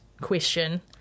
question